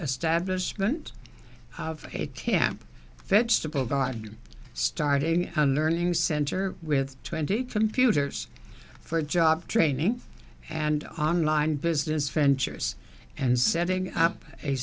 establishments have a camp vegetable garden starting learning center with twenty computers for job training and online business ventures and setting up a